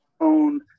own